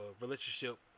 relationship